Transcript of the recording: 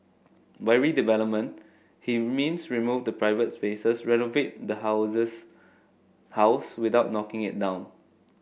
by redevelopment he means remove the private spaces renovate the houses house without knocking it down